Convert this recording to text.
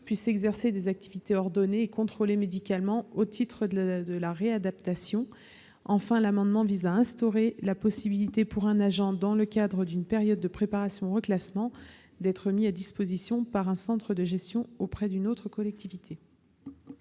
pourra exercer des activités ordonnées et contrôlées médicalement au titre de la réadaptation. Enfin, cet amendement vise à instaurer la possibilité pour un agent, dans le cadre d'une période de préparation au reclassement, d'être mis à disposition par un centre de gestion auprès d'une autre collectivité.